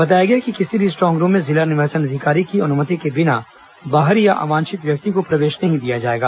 बताया गया है कि किसी भी स्ट्रांग रूम में जिला निर्वाचन अधिकारी की अनुमति के बिना बाहरी या अवांछित व्यक्ति को प्रवेश नहीं दिया जाएगा